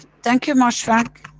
thank you mosfeq.